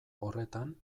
horretan